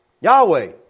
Yahweh